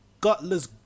gutless